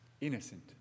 innocent